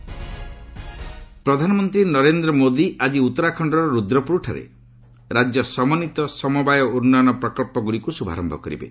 PM Uttarakhand ପ୍ରଧାନମନ୍ତ୍ରୀ ନରେନ୍ଦ୍ର ମୋଦି ଆଜି ଉତ୍ତରାଖଣ୍ଡର ରୁଦ୍ରପୁରଠାରେ ରାଜ୍ୟ ସମନ୍ୱିତ ସମବାୟ ଉନ୍ନୟନପ୍ରକଳ୍ପ ଗୁଡ଼ିକୁ ଶୁଭାରମ୍ଭ କରିବେ